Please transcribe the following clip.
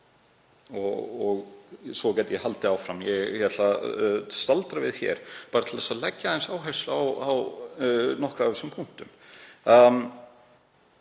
Ég gæti haldið áfram en ég ætla að staldra við hér bara til að leggja áherslu á nokkra af þessum punktum.